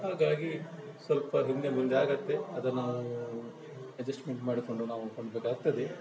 ಹಾಗಾಗಿ ಸ್ವಲ್ಪ ಹಿಂದೆ ಮುಂದೆ ಆಗುತ್ತೆ ಅದನ್ನು ಎಡ್ಜಸ್ಟ್ಮೆಂಟ್ ಮಾಡಿಕೊಂಡು ನಾವು ಹೋಗಬೇಕಾಗ್ತದೆ